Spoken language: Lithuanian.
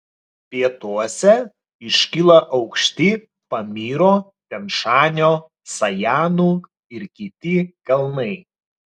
pietuose iškyla aukšti pamyro tian šanio sajanų ir kiti kalnai